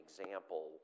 example